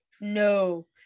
No